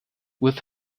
with